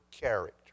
character